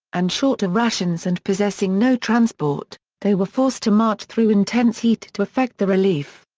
and short of rations and possessing no transport, they were forced to march through intense heat to effect the relief.